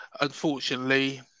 unfortunately